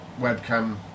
webcam